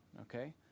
okay